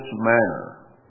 manner